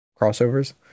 Crossovers